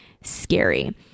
Scary